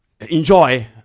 enjoy